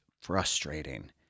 frustrating